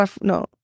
No